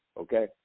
okay